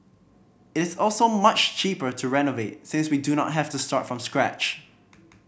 it's also much cheaper to renovate since we do not have to start from scratch